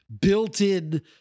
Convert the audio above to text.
built-in